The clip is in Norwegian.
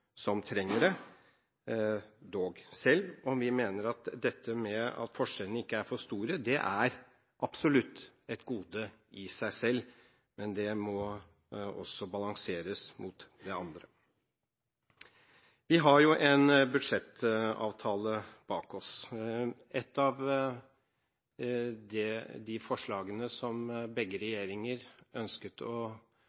som trenger det, selv om vi mener at dette med at forskjellene ikke er for store, absolutt er et gode i seg selv. Men det må også balanseres mot det andre. Vi har en budsjettavtale bak oss. Et av de forslagene som begge